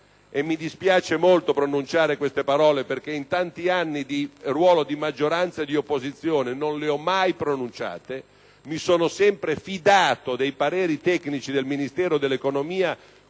Mi dispiace molto pronunciare queste parole, perché in tanti anni di attività, nella maggioranza o nell'opposizione, non le ho mai pronunciate: mi sono sempre fidato dei pareri tecnici del Ministero dell'economia,